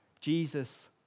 Jesus